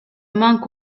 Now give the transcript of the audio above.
monk